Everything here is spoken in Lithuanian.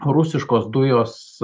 o rusiškos dujos